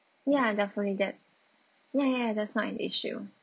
ya definitely that ya ya that's not an issue